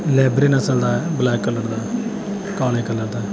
ਲੈਬਰੇ ਨਸਲ ਦਾ ਹੈ ਬਲੈਕ ਕਲਰ ਦਾ ਕਾਲੇ ਕਲਰ ਦਾ